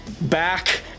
back